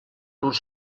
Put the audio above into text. los